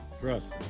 Trust